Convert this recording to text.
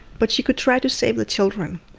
but she could try to save the children.